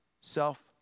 self